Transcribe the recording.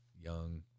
young